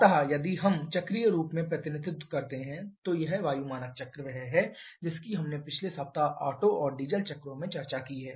अतः यदि हम चक्रीय रूप में प्रतिनिधित्व करते हैं तो यह वायु मानक चक्र वह है जिसकी हमने पिछले सप्ताह ओटो और डीजल चक्रों में चर्चा की है